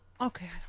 Okay